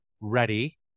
ready